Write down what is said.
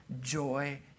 joy